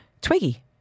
Twiggy